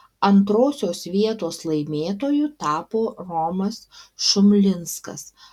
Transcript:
antrosios vietos laimėtoju tapo romas šumlinskas